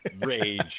Rage